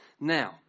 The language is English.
Now